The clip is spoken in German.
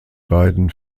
beiden